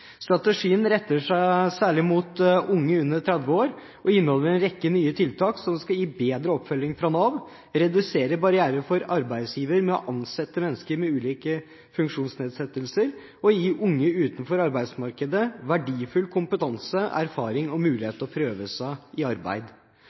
Strategien retter seg særlig mot unge under 30 år og inneholder en rekke nye tiltak som skal gi bedre oppfølging fra Nav, redusere barrieren for arbeidsgiver med hensyn til å ansette mennesker med ulike funksjonsnedsettelser og gi unge utenfor arbeidsmarkedet verdifull kompetanse, erfaring og mulighet